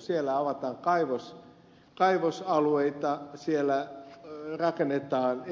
siellä avataan kaivosalueita siellä rakennetaan